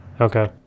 Okay